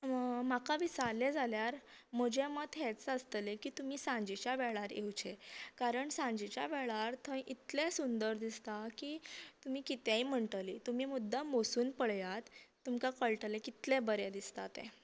आनी दुसरें म्हणल्यार म्हाका विचारलें जाल्यार म्हजें मत हेंच आसतलें की तुमी सांजेच्या वेळार येवचें कारण सांजेच्या वेळार थंय इतलें सुंदर दिसता की तुमी कितेंय म्हणटली तुमी मुद्दम वचून पळयात तुमकां कयटलें कितलें बरें दिसता तें